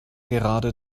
gerade